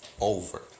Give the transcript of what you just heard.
over